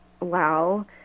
wow